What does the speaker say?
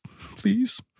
please